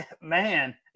Man